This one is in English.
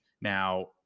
Now